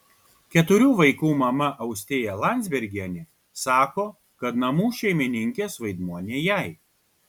keturių vaikų mama austėja landzbergienė sako kad namų šeimininkės vaidmuo ne jai